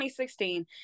2016